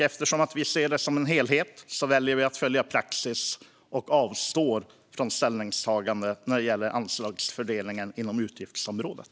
Eftersom vi ser budgeten som en helhet väljer vi att följa praxis och avstå från ställningstagande när det gäller anslagsfördelningen inom utgiftsområdet.